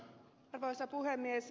arvoisa puhemies